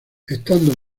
estando